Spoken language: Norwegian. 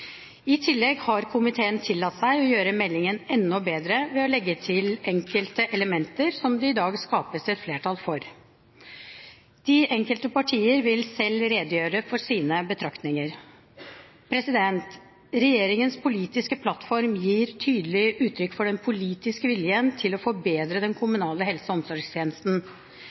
I tillegg har komiteen tillatt seg å gjøre meldingen enda bedre ved at vi i innstillingen har lagt til enkelte elementer som det i dag skapes et flertall for. De enkelte partier vil selv redegjøre for sine betraktninger. Regjeringens politiske plattform gir tydelig uttrykk for den politiske viljen til å forbedre den